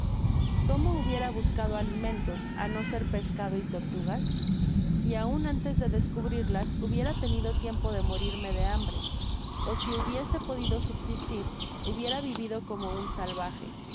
cómo hubiera buscado alimentos á no ser pescado y tortugas y aun antes de descubrirlas hubiera tenido tiempo de morirme de hambre ó si hubiese podido subsitir hubiera vivido como un salvaje si